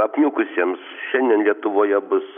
apniukusiems šiandien lietuvoje bus